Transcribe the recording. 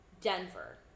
Denver